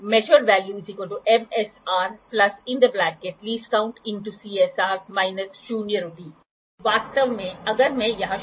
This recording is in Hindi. और यहाँ आप क्या करते हैं यह एक सपाट सतह है अब आप इसे एक इंकलैन पर रखते हैं और फिर आप वर्कपीस को यहाँ रखते हैं यह पता लगाने के लिए डायल करें कि 0 किस तरह से है